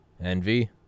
envy